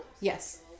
Yes